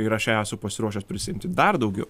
ir aš ją esu pasiruošęs prisiimti dar daugiau